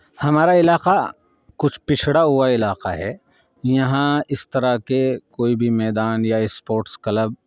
ہمارا علاقہ کچھ پچھڑا ہوا علاقہ ہے یہاں اس طرح کے کوئی بھی میدان یا اسپورٹس کلب